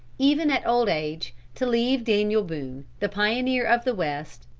even at old age, to leave daniel boone, the pioneer of the west,